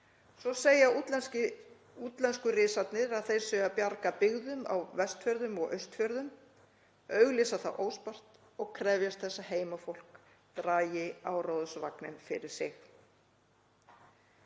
Svo segja útlensku risarnir að þeir séu að bjarga byggðunum á Vest- og Austfjörðum, auglýsa það óspart og krefjast þess að heimafólk dragi áróðursvagninn fyrir sig.“